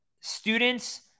students